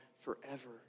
forever